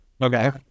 Okay